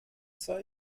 zwei